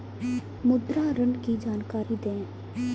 मुद्रा ऋण की जानकारी दें?